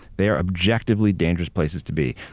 they are objectively dangerous places to be.